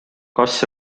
kas